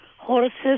horses